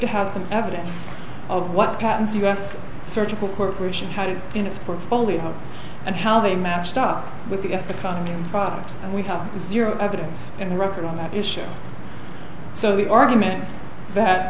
to have some evidence of what patents u s surgical corporation had it in its portfolio and how they matched up with the economy and products and we have zero evidence in the record on that issue so the argument that